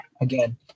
again